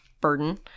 burden